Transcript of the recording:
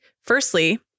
Firstly